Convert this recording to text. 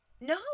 No